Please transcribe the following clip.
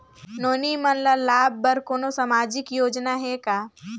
नोनी मन ल लाभ बर कोनो सामाजिक योजना हे का?